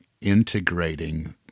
integrating